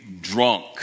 drunk